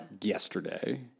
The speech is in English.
yesterday